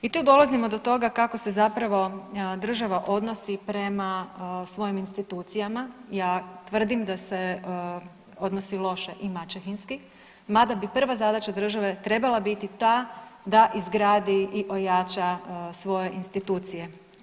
I tu dolazimo do toga kako se zapravo država odnosi prema svojim institucijama, ja tvrdim da se odnosi loše i maćehinski mada bi prva zadaća države trebala biti ta da izgradi i ojača svoje institucije.